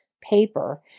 paper